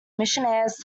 missionaries